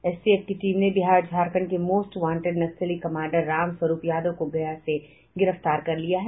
STF की team ने बिहार झारखंड के मोस्टवांटेड नक्सली कमांडर रामस्वरूप यादव को गया से गिरफ्तार कर लिया है